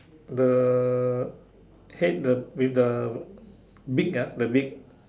the head the with the beak ah the beak